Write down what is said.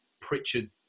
Pritchard